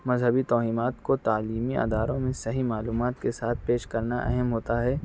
مذہبی توہمات کو تعلیمی اداروں میں صحیح معلومات کے ساتھ پیش کرنا اہم ہوتا ہے